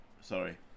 Sorry